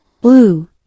Blue